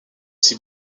aussi